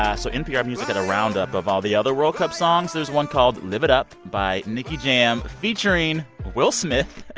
ah so npr music had a roundup of all the other world cup songs. there's one called live it up by nicky jam featuring will smith.